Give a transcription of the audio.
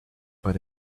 but